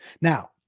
Now